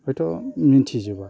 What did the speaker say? हयथ' मिनथिजोबा